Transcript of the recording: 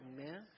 amen